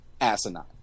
asinine